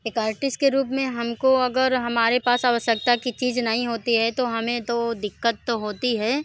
एक आर्टिस्ट के रूप में हम को अगर हमारे पास आवश्यकता की चीज़ नहीं होती है तो हमें तो दिक्कत तो होती है